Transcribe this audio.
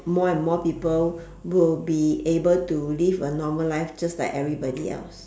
more and more people will be able to live a normal life just like everybody else